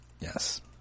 Yes